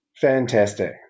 Fantastic